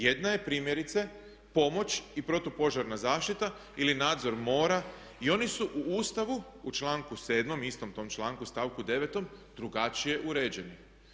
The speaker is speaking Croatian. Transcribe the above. Jedna je primjerice pomoć i protupožarna zaštita ili nadzor mora i oni su u Ustavu u članku 7., istom tom članku, stavku 9. drugačije uređeni.